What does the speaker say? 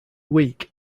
weak